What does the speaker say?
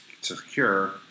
secure